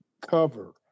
cover